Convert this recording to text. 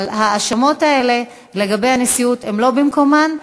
אבל ההאשמות האלה לגבי הנשיאות הן לא במקומן.